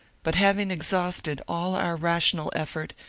but having exhausted all our rational effort,